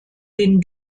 den